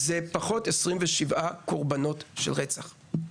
זה פחות 27 קורבנות של רצח,